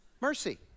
mercy